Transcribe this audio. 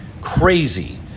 crazy